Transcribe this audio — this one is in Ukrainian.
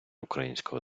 українського